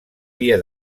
via